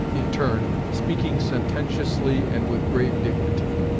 in turn, speaking sententiously and with grave dignity.